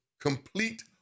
complete